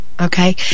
Okay